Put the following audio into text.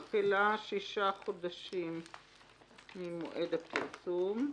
תחילה שישה חודשים ממועד הפרסום.